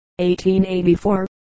1884